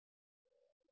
சொற்களஞ்சியம்